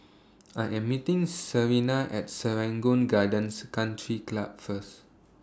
I Am meeting Serena At Serangoon Gardens Country Club First